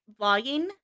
vlogging